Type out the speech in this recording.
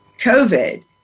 COVID